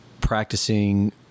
practicing